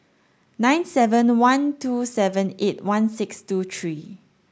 nine seven one two seven eight one six two three